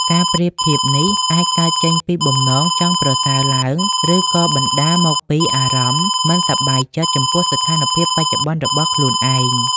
ការប្រៀបធៀបនេះអាចកើតចេញពីបំណងចង់ប្រសើរឡើង ឬក៏បណ្តាលមកពីអារម្មណ៍មិនសប្បាយចិត្តចំពោះស្ថានភាពបច្ចុប្បន្នរបស់ខ្លួនឯង។